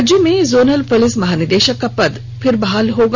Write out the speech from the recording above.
राज्य में zonal police महानिरीक्षक का पद फिर से बहाल होगा